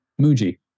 Muji